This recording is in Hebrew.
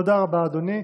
תודה רבה, אדוני.